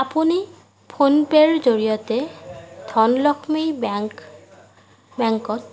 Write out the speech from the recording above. আপুনি ফোনপে' ৰ জৰিয়তে ধনলক্ষ্মী বেংক বেংকত